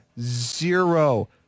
zero